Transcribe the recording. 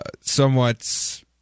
somewhat